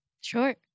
Sure